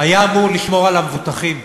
היה אמור לשמור על המבוטחים,